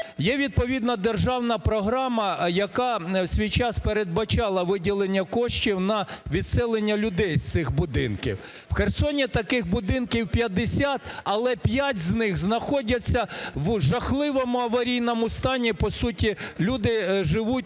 Є відповідна державна програма, яка в свій час передбачала виділення коштів на відселення людей з цих будинків. В Херсоні таких будинків 50, але п'ять з них знаходиться в жахливому аварійному стані. По суті, люди живуть